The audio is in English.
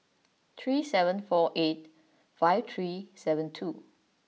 three seven four eight five three seven two